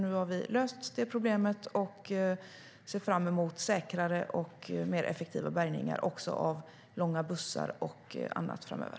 Nu har vi löst det problemet och ser fram emot säkrare och mer effektiva bärgningar också av långa bussar och annat framöver.